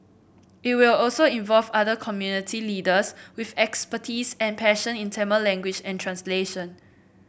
it will also involve other community leaders with expertise and passion in Tamil language and translation